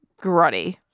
grotty